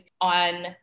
on